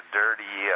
dirty